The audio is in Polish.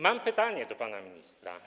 Mam pytanie do pana ministra.